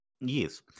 Yes